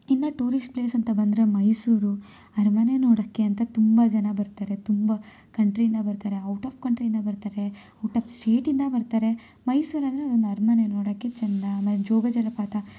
ಇನ್ನು tourist place ಅಂತ ಬಂದರೆ ಮೈಸೂರು ಅರಮನೆ ನೋಡೋಕ್ಕೆ ಅಂತ ತುಂಬ ಜನ ಬರ್ತಾರೆ ತುಂಬ ಕಂಟ್ರಿಯಿಂದ ಬರ್ತಾರೆ ಔಟ್ ಆಫ್ ಕಂಟ್ರಿಯಿಂದ ಬರ್ತಾರೆ ಔಟ್ ಆಫ್ ಸ್ಟೇಟಿಂದ ಬರ್ತಾರೆ ಮೈಸೂರನ್ರೆ ಒಂದು ಅರಮನೆ ನೋಡಕ್ಕೆ ಚಂದ ಆಮೇಲೆ ಜೋಗ ಜಲಪಾತ